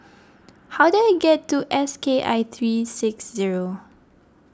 how do I get to S K I three six zero